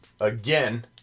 again